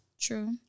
True